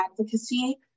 Advocacy